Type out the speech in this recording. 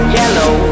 yellow